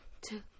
two